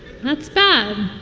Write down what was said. that's bad. um